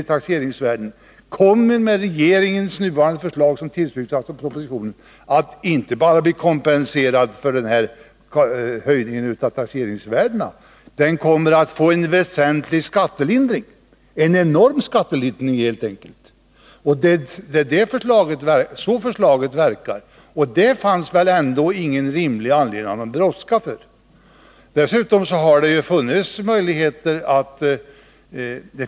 Ägaren till den fastigheten kommer med regeringens förslag, som tillstyrkts av utskottet, inte bara att bli kompenserad för höjningen av taxeringsvärdet utan får dessutom en väsentlig skattelindring — ja, en enorm skattelindring helt enkelt. Det är så förslaget i propositionen verkar, och då fanns det väl ingen rimlig anledning att ha sådan brådska.